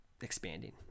expanding